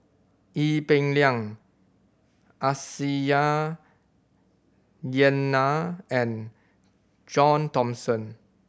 Ee Peng Liang Aisyah Lyana and John Thomson